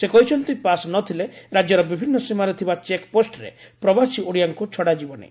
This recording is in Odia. ସେ କହିଛନ୍ତି ପାସ୍ ନ ଥିଲେ ରାଜ୍ୟର ବିଭିନ୍ନ ସୀମାରେ ଥିବା ଚେକ୍ ପୋଷ୍ଟରେ ପ୍ରବାସୀ ଓଡିଆଙ୍କୁ ଛଡାଯିବନି